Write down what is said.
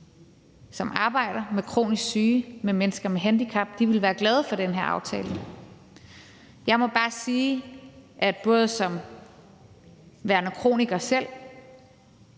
som arbejder med kronisk syge og med mennesker med handicap, ville være glade for den her aftale? Jeg må bare sige, både som værende kroniker selv